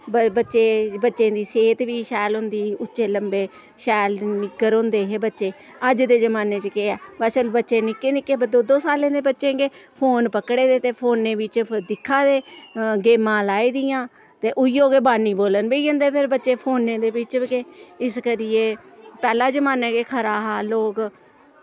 ब बच्चें बच्चें दी सेह्त बी शैल होंदी ही उच्चे लम्बे शैल निग्गर होंदे हे बच्चे अज्ज दे जमाने च केह् ऐ वा चल निक्के निक्के दो दो सालें दे बच्चे गै फोन पकड़े दे ते फोने बिच्च दिक्खा दे गेमां लाई दियां ते उ'ऐ गै बाणी बोल्लन पेई जंदे फिर बच्चे फोने दे बिच्च के इस करियै पैह्ला जमाना गै खरा हा लोक